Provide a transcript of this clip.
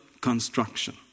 construction